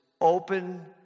open